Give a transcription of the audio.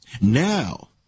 Now